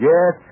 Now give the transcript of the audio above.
Yes